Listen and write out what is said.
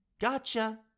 Gotcha